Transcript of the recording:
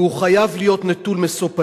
והוא חייב להיות נטול משוא פנים.